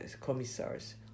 commissars